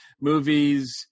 movies